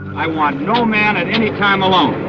i want no man at any time alone.